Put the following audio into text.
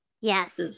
Yes